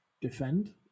Defend